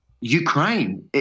Ukraine